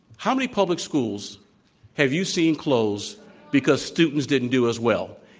how many public schools have you seen close because students didn't do as well?